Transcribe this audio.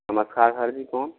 नमस्कार सर जी कौन